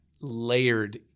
layered